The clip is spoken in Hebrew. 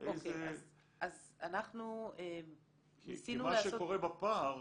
כי מה שקורה בפער,